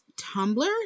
tumblr